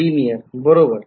linear बरोबर